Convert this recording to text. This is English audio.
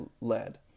led